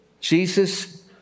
Jesus